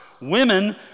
women